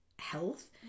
health